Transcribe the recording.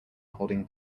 holding